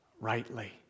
rightly